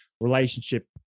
relationship